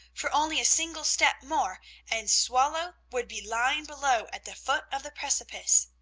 for only a single step more and swallow would be lying below at the foot of the precipice.